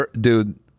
Dude